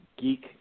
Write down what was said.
geek